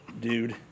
dude